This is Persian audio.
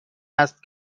است